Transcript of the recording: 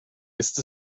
ist